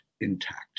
intact